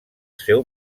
seu